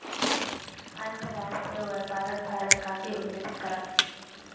अंतर्राष्ट्रीय व्यापारोत भारत काफी उन्नति कराल छे